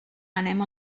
anem